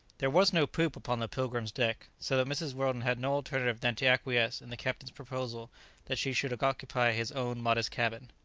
there was no poop upon the pilgrim's deck, so that mrs. weldon had no alternative than to acquiesce in the captain's proposal that she should occupy his own modest cabin.